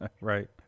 Right